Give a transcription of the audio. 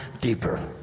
deeper